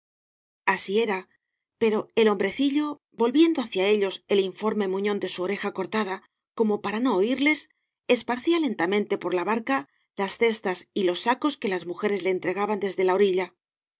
así era pero el hombrecillo volviendo hacia ellos el informe muñón de su oreja cortada como para no oírles esparcía lentamente por la barca las cestas y los sacos que las mujeres le entregaban desde la orilla